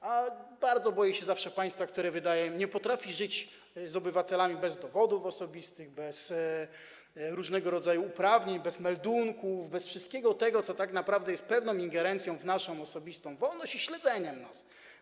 Zawsze bardzo boję się państwa, które nie potrafi żyć z obywatelami bez dowodów osobistych, bez różnego rodzaju uprawnień, bez meldunków, bez wszystkiego tego, co tak naprawdę jest pewną ingerencją w naszą osobistą wolność i śledzeniem nas.